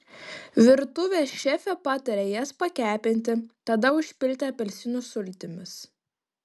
virtuvės šefė pataria jas pakepinti tada užpilti apelsinų sultimis